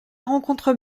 rencontre